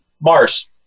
Mars